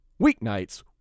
weeknights